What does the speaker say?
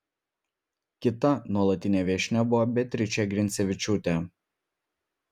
kita nuolatinė viešnia buvo beatričė grincevičiūtė